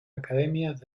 academias